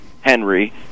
Henry